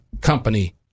company